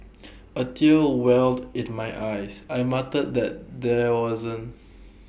A tears welled IT my eyes I muttered that there wasn't